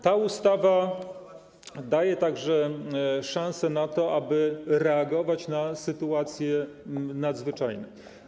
Ta ustawa daje także szansę na to, aby reagować na sytuacje nadzwyczajne.